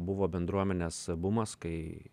buvo bendruomenės bumas kai